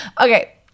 Okay